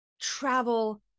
travel